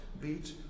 beat